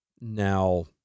Now